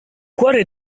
cuore